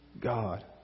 God